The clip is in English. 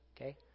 Okay